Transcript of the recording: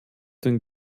den